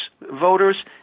voters